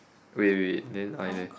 wait wait wait then I leh